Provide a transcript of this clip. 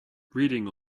reading